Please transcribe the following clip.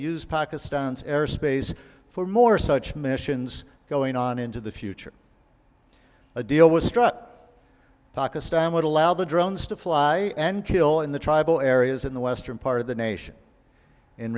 use pakistan's airspace for more such missions going on into the future a deal was struck pakistan would allow the drones to fly and kill in the tribal areas in the western part of the nation in